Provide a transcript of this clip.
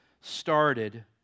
started